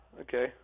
Okay